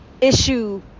issue